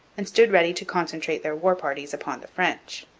and stood ready to concentrate their war-parties upon the french.